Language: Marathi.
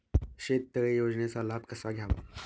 शेततळे योजनेचा लाभ कसा घ्यावा?